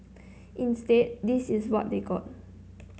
instead this is what they got